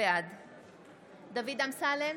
בעד דוד אמסלם,